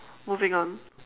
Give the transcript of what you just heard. moving on